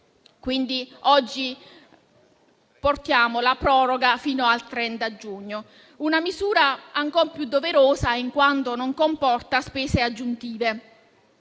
Oggi portiamo la proroga fino al 30 giugno: una misura ancora più doverosa in quanto non comporta spese aggiuntive.